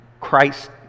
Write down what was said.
Christ